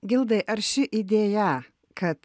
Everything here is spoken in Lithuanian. gildai ar ši idėja kad